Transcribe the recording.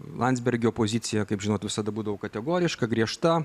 landsbergio pozicija kaip žinot visada būdavo kategoriška griežta